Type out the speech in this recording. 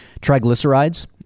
triglycerides